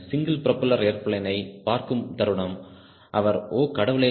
single propeller ஏர்பிளேனைப் பார்க்கும் தருணம் அவர் ஓ கடவுளே